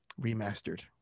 Remastered